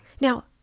Now